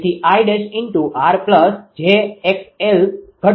તેથી 𝐼′𝑟 𝑗𝑥𝑙 ઘટશે